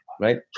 right